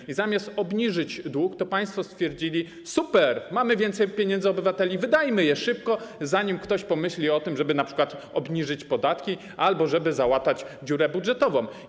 I zamiast obniżyć dług, to państwo stwierdzili: super, mamy więcej pieniędzy obywateli, wydajmy je szybko, zanim ktoś pomyśli o tym, żeby np. obniżyć podatki albo żeby załatać dziurę budżetową.